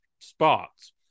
spots